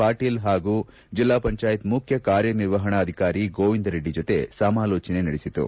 ಪಾಟೀಲ್ ಹಾಗೂ ಜಿಲ್ಲಾ ಪಂಚಾಯತ್ ಮುಖ್ಯಕಾರ್ಯನಿರ್ವಹಣಾ ಅಧಿಕಾರಿ ಗೋವಿಂದ ರೆಡ್ಡಿ ಜೊತೆ ಸಮಾಲೋಚನೆ ನಡೆಸಿತು